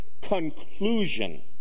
conclusion